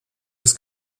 des